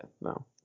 No